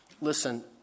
Listen